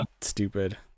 stupid